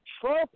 Trump